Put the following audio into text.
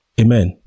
Amen